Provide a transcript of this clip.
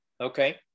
Okay